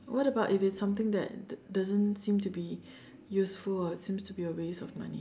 what about if it's something that doesn't seem to be useful or seems to be a waste of money